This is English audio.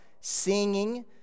Singing